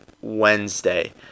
wednesday